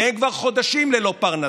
והם כבר חודשים ללא פרנסה.